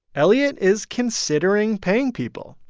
elliot is considering paying people,